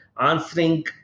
answering